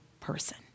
person